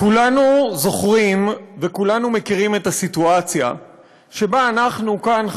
כולנו זוכרים וכולנו מכירים את הסיטואציה שבה אנחנו כאן,